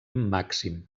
màxim